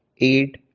eight,